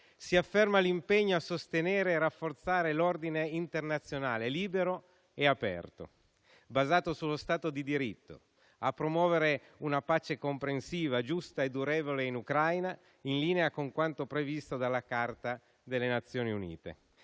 Si afferma l'impegno a sostenere e rafforzare l'ordine internazionale libero e aperto, basato sullo stato di diritto; a promuovere una pace comprensiva giusta e durevole in Ucraina, in linea con quanto previsto dalla Carta delle Nazioni Unite.